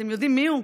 אתם יודעים מי הוא?